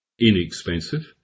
inexpensive